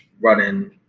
running